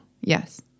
Yes